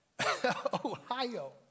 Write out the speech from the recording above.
Ohio